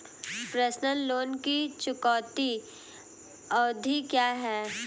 Personal loan की चुकौती अवधि क्या है?